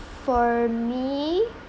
for me